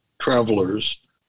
travelers